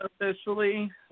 officially